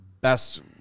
best